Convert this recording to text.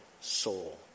soul